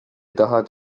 tahad